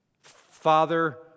Father